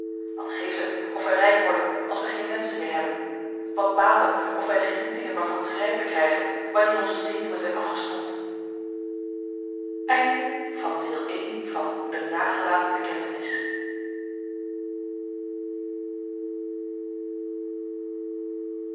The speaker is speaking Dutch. wat geeft het of wij rijk worden als wij geen wenschen meer hebben wat baat het of wij de genietingen maar voor het grijpen krijgen wanneer onze zenuwen zijn afgestompt